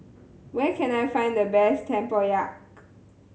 where can I find the best Tempoyak